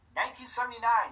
1979